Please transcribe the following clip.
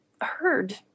heard